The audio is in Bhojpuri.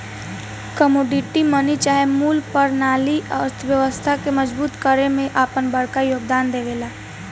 कमोडिटी मनी चाहे मूल परनाली अर्थव्यवस्था के मजबूत करे में आपन बड़का योगदान देवेला